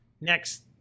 next